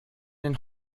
den